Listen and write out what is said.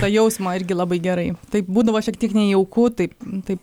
tą jausmą irgi labai gerai taip būdavo šiek tiek nejauku taip taip